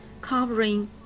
covering